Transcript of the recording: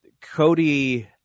Cody